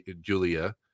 Julia